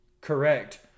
Correct